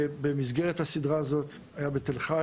במסגרת הסדרה הזאת היינו בתל-חי